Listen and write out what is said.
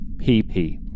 pp